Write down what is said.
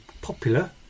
popular